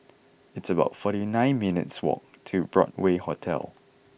it's about forty nine minutes' walk to Broadway Hotel